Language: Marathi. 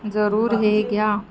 जरूर हे घ्या